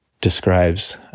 describes